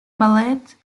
ballet